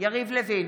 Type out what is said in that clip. יריב לוין,